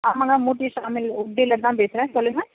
ஆமாங்க Murthy saw mill லேருந்துதான் பேசுகிறேன் சொல்லுங்க